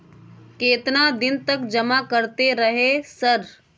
केतना दिन तक जमा करते रहे सर?